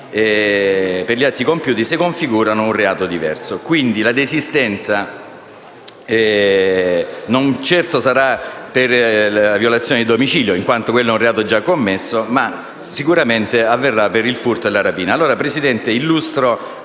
per atti compiuti se configurano un reato diverso. Quindi, la desistenza non certo sarà per la violazione di domicilio, in quanto è un reato già commesso, ma sicuramente avverrà per il furto e la rapina. Illustro